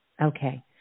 Okay